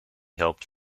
helped